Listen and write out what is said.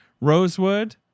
rosewood